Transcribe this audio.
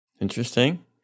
Interesting